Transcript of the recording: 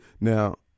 now